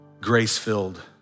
grace-filled